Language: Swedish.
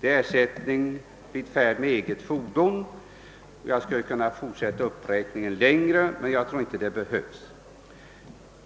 och ersättningen för färd med eget fordon — jag skulle kunna fortsätta uppräkningen längre, men jag tror inte det behövs.